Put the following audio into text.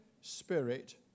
Spirit